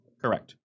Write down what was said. correct